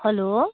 hello